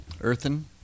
Earthen